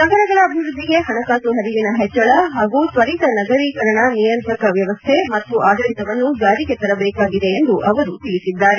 ನಗರಗಳ ಅಭಿವ್ವದ್ಲಿಗೆ ಹಣಕಾಸು ಹರಿವಿನ ಹೆಚ್ಚಳ ಹಾಗೂ ತ್ವರಿತ ನಗರೀಕರಣ ನಿಯಂತ್ರಕ ವ್ಯವಸ್ದೆ ಮತ್ತು ಆದಳಿತವನ್ನು ಜಾರಿಗೆ ತರಬೇಕಾಗಿದೆ ಎಂದು ಅವರು ತಿಳಿಸಿದ್ದಾರೆ